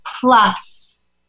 plus